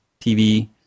TV